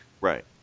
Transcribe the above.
Right